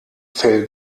fell